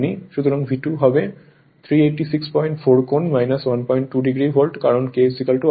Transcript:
সুতরাং V2 হবে 3864 কোণ 12 ডিগ্রি ভোল্ট কারণ K অর্ধেক